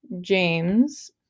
James